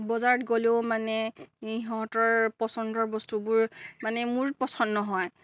বজাৰত গ'লেও মানে ইহঁতৰ পচন্দৰ বস্তুবোৰ মানে মোৰ পচন্দ নহয়